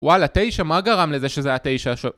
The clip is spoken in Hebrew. וואלה, תשע? מה גרם לזה שזה היה תשע שוב?